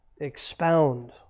expound